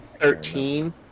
Thirteen